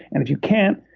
and if you can't,